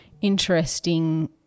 interesting